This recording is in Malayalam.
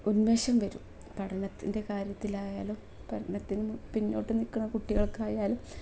ഉന്മേഷം വരും പഠനത്തിൻ്റെ കാര്യത്തിലായാലും പഠനത്തിന് പിന്നോട്ടു നിൽക്കുന്ന കുട്ടികൾക്കായാലും